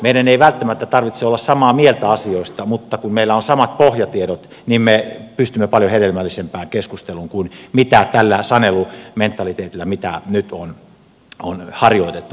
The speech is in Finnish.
meidän ei välttämättä tarvitse olla samaa mieltä asioista mutta kun meillä on samat pohjatiedot niin me pystymme paljon hedelmällisempään keskusteluun kuin tällä sanelumentaliteetilla mitä nyt on valitettavasti harjoitettu